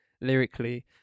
lyrically